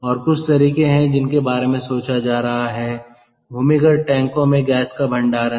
तो कुछ तरीके हैं जिनके बारे में सोचा जा रहा है भूमिगत टैंकों में गैस का भंडारण